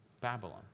Babylon